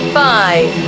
five